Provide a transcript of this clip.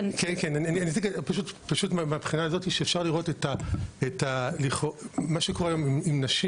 ניסיתי פשוט להראות מהבחינה הזו שאפשר לראות שמה שקורה עם הנשים